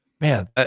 man